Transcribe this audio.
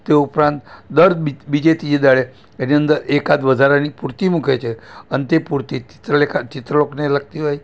તે ઉપરાંત દર બી બીજે ત્રીજે દહાડે એની અંદર એકાદ વધારાની પૂર્તિ મૂકે છે અને તે પૂર્તિ ચિત્રલેખા ચિત્રલોકને લગતી હોય